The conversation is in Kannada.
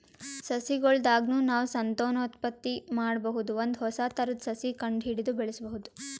ಸಸಿಗೊಳ್ ದಾಗ್ನು ನಾವ್ ಸಂತಾನೋತ್ಪತ್ತಿ ಮಾಡಬಹುದ್ ಒಂದ್ ಹೊಸ ಥರದ್ ಸಸಿ ಕಂಡಹಿಡದು ಬೆಳ್ಸಬಹುದ್